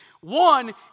One